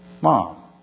Mom